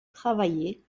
travaillait